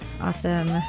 Awesome